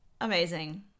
amazing